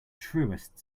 truest